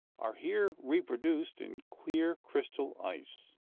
are here reproduced in clear crystal ice,